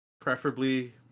preferably